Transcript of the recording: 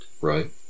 Right